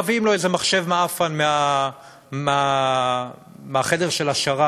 מביאים לו איזה מחשב מעפן מהחדר של השרת